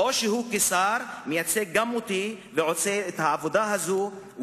או שהוא כשר מייצג גם אותי ועושה את העבודה הזאת,